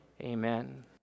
amen